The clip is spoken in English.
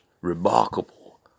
Remarkable